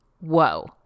Whoa